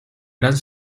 gran